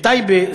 בטייבה,